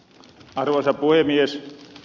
arvoisa puhemies